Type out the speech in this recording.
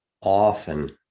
often